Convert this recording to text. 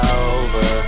over